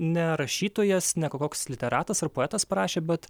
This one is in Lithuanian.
ne rašytojas ne koks literatas ar poetas parašė bet